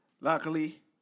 luckily